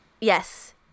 Yes